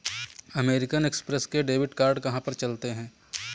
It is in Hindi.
अमेरिकन एक्स्प्रेस के डेबिट कार्ड कहाँ पर चलते हैं?